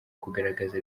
kugaragaza